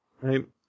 right